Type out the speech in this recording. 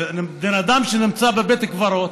בן אדם שנמצא בבית קברות,